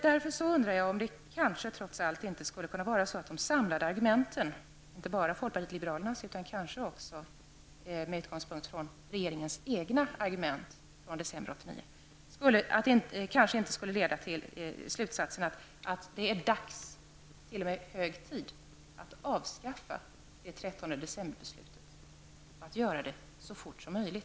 Jag undrar om inte de samlade argumenten -- inte bara folkpartiet liberalernas utan också regeringens egna argument från december 1989 -- skulle kunna leda till slutsatsen att det är dags, ja, t.o.m. hög tid, att avskaffa 13 december-beslutet så fort som möjligt.